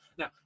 Now